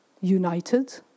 united